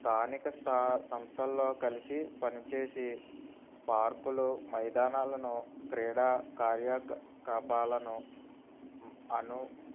స్థానిక స్థా సంస్థల్లో కలిసి పనిచేసి పార్క్లు మైదానాలను క్రీడా కార్యకలాపాలను అను